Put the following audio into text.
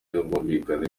n’ubwumvikane